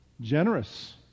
Generous